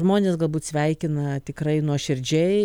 žmonės galbūt sveikina tikrai nuoširdžiai